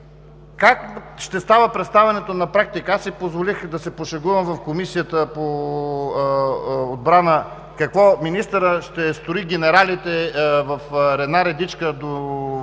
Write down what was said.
Как ще става представянето на практика? Аз си позволих да се пошегувам в Комисията по отбрана: какво, министърът ще строи генералите в една редичка в